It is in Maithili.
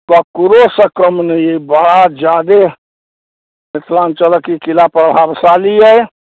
ककरोसँ कम नहि अइ बड़ा जादे मिथिलाञ्चलक ई किला प्रभावशाली अइ